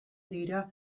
dira